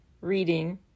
Reading